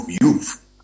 youth